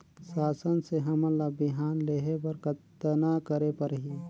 शासन से हमन ला बिहान लेहे बर कतना करे परही?